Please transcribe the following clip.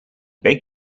beg